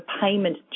payment